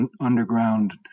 underground